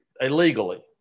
illegally